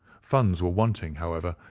funds were wanting, however,